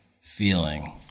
feeling